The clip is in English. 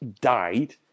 died